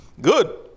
Good